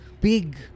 big